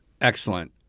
Excellent